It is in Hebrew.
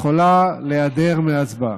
יכולה להיעדר מההצבעה.